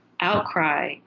outcry